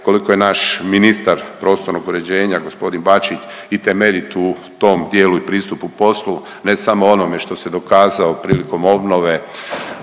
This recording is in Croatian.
koliko je naš ministar prostornog uređenja, g. Bačić i temeljit u tom dijelu i pristupu poslu, ne samo onome što se dokazao prilikom obnove